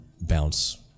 bounce